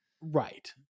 right